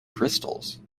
crystals